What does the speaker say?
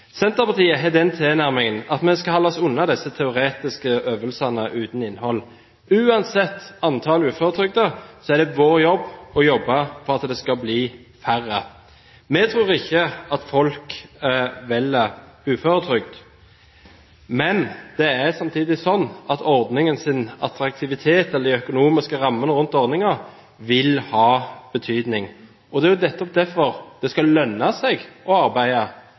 Senterpartiet har den tilnærmingen at vi skal holde oss unna disse teoretiske øvelsene uten innhold. Uansett antallet uføretrygdede er det vår oppgave å jobbe for at det skal bli færre. Vi tror ikke at folk velger uføretrygd, men det er samtidig sånn at ordningens attraktivitet, eller de økonomiske rammene rundt ordningen, vil ha betydning. Det er nettopp derfor det skal lønne seg å arbeide,